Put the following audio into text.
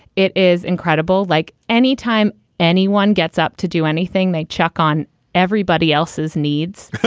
it is incredible. like anytime anyone gets up to do anything, they check on everybody else's needs.